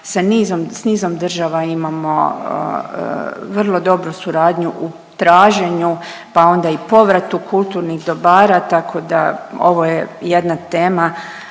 s nizom država imamo vrlo dobru suradnju u traženju, pa onda i povratu kulturnih dobara, tako da ovo je jedna tema